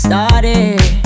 Started